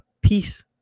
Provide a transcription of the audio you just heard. peace